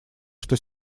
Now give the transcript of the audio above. что